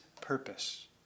purpose